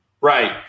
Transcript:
right